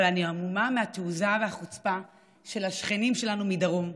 אבל אני המומה מהתעוזה והחוצפה של השכנים שלנו מדרום,